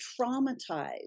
traumatized